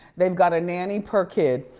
they've got a nanny per kid.